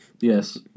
Yes